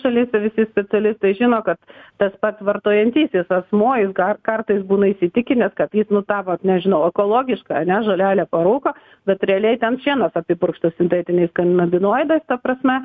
šalyse visi specialistai žino kad tas pats vartojantysis asmuo jis kartais būna įsitikinęs kad jis nu tą vat nežinau ekologišką ane žolelę parūko bet realiai ten šienas apipurkštas sintetiniais kanabinoidais ta prasme